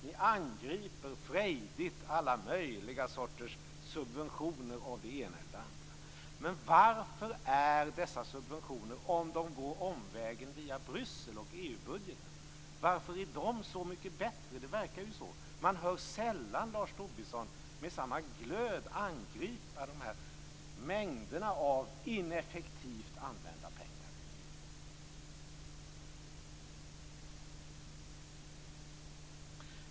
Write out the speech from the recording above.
Ni angriper frejdigt alla möjliga sorters subventioner av det ena eller det andra. Men varför är dessa subventioner så mycket bättre om de går omvägen via Bryssel och EU-budgeten? Det verkar ju så. Man hör sällan Lars Tobisson med samma glöd angripa de här mängderna av ineffektivt använda pengar i EU.